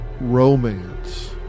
romance